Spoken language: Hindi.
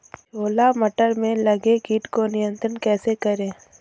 छोला मटर में लगे कीट को नियंत्रण कैसे करें?